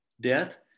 Death